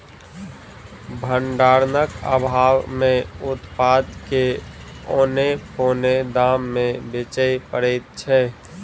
भंडारणक आभाव मे उत्पाद के औने पौने दाम मे बेचय पड़ैत छै